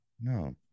No